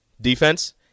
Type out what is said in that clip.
defense